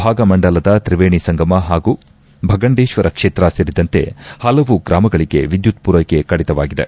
ಭಾಗಮಂಡಲದ ತ್ರಿವೇಣಿ ಸಂಗಮ ಹಾಗೂ ಭಗಂಡೇಶ್ವರ ಕ್ಷೇತ್ರ ಸೇರಿದಂತೆ ಪಲವು ಗ್ರಾಮಗಳಿಗೆ ವಿದ್ಬುತ್ ಪೂರೈಕೆ ಕಡಿತವಾಗಿದೆ